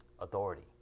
authority